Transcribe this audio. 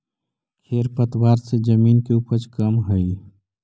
खेर पतवार से जमीन के उपज कमऽ हई